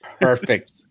Perfect